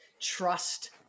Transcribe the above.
trust